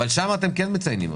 אבל שם אתם כן מציינים.